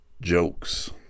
jokes